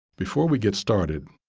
before we get started,